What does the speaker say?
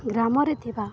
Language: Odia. ଗ୍ରାମରେ ଥିବା